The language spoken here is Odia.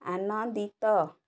ଆନନ୍ଦିତ